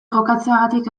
jokatzeagatik